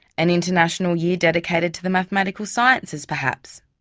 an international year dedicated to the mathematical sciences perhaps?